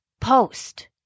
post